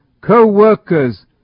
co-workers